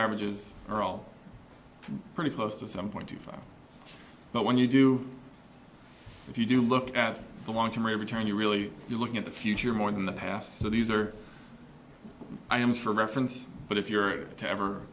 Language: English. averages are all pretty close to seven point two five but when you do if you do look at the long term return you really you're looking at the future more than the past so these are i ams for reference but if you're to ever